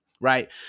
Right